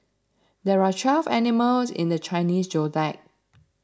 there are twelve animals in the Chinese zodiac